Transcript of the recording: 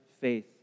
faith